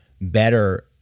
better